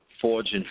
forging